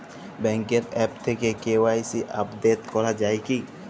ব্যাঙ্কের আ্যপ থেকে KYC update করা যায় কি?